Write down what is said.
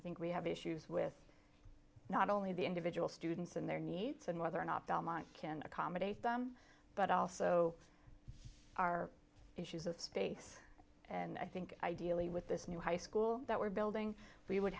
i think we have issues with not only the individual students and their needs and whether or not belmont can accommodate them but also our issues of space and i think ideally with this new high school that we're building we would